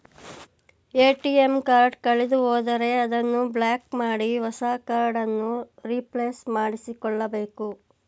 ATM card ಕಳೆದುಹೋದರೆ ಅದನ್ನು block ಮಾಡಿ ಹೊಸ ಕಾರ್ಡ್ ಅನ್ನು ರಿಪ್ಲೇಸ್ ಮಾಡಿಸಿಕೊಳ್ಳಬೇಕು